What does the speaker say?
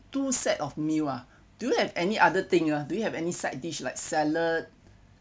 two sets of meal ah do you have any other thing ah do you have any side dish like salad uh